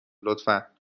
لطفا